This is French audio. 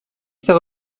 c’est